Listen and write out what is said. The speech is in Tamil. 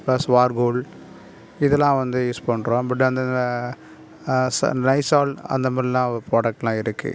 பிளஸ் வார் கோல்ட் இதெலாம் வந்து யூஸ் பண்ணுறோம் பட் அந்த ச லைஸால் அந்த மாரிலாம் ப்ரோடக்ட் எல்லாம் இருக்கு